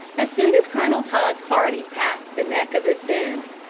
as soon as colonel todd's party passed the neck of this bend,